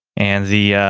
and the,